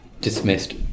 Dismissed